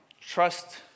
trust